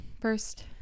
first